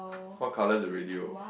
what colour is the radio